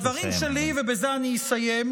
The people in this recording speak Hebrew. הדברים שלי, ובזה אני אסיים,